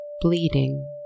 bleeding